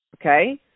Okay